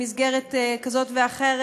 במסגרת כזאת ואחרת,